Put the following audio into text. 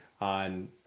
on